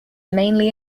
mainly